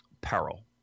Peril